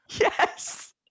Yes